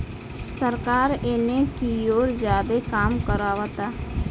सरकार एने कियोर ज्यादे काम करावता